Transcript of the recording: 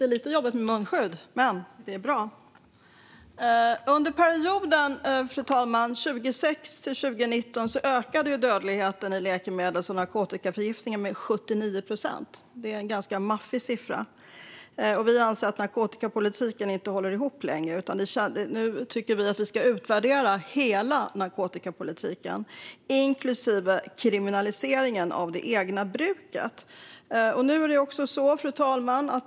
Fru talman! Under perioden 2006-2019 ökade dödligheten i läkemedels och narkotikaförgiftning med 79 procent. Det är en ganska maffig siffra. Vi anser att narkotikapolitiken inte håller ihop längre och tycker därför att vi ska utvärdera hela narkotikapolitiken, inklusive kriminaliseringen av eget bruk.